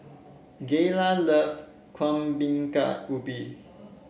Gayla love Kuih Bingka Ubi